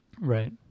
Right